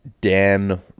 Dan